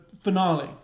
finale